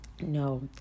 no